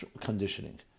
conditioning